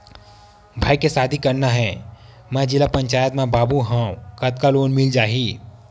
भाई के शादी करना हे मैं जिला पंचायत मा बाबू हाव कतका लोन मिल जाही?